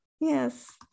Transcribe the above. Yes